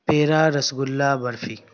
پیڑا rasgulla barfi